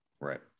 Right